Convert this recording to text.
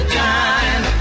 time